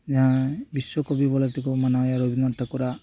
ᱡᱟᱦᱟᱸᱭ ᱵᱤᱥᱥᱚ ᱠᱚᱵᱤ ᱵᱚᱞᱮ ᱛᱮ ᱠᱚ ᱢᱟᱱᱟᱣ ᱭᱟ ᱨᱚᱵᱤᱱᱫᱽᱨᱚᱱᱟᱛᱷ ᱴᱷᱟᱠᱩᱨᱟᱜ